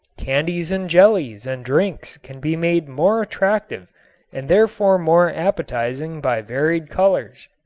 candies and jellies and drinks can be made more attractive and therefore more appetizing by varied colors.